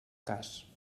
cas